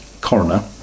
coroner